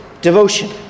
devotion